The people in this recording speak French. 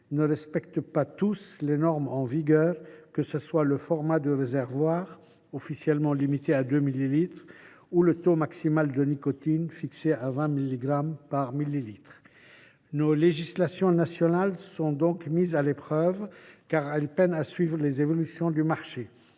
ne respectent pas tous les normes en vigueur, qu’il s’agisse du format du réservoir, limité à 2 millilitres, ou du taux maximal de nicotine, fixé à 20 milligrammes par millilitre. Nos législations nationales sont mises à l’épreuve, car elles peinent à suivre les évolutions du marché.